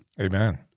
Amen